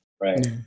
Right